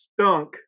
stunk